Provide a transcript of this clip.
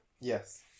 Yes